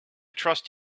trust